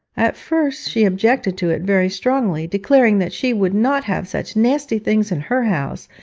at first she objected to it very strongly, declaring that she would not have such nasty things in her house,